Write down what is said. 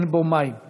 אין בו מים,